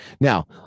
Now